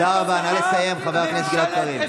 אתם לא מפסיקים להפחיד את העם.